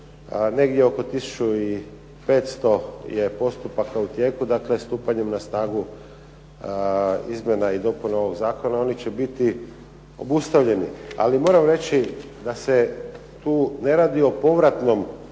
Negdje oko tisuću i 500 je postupaka u tijeku. Dakle, stupanjem na snagu izmjena i dopuna ovog zakona, oni će biti obustavljeni. Ali moram reći da se tu ne radi o povratnom djelovanju